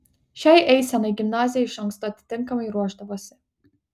šiai eisenai gimnazija iš anksto atitinkamai ruošdavosi